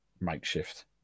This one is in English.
makeshift